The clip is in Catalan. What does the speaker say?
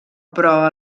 però